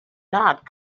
not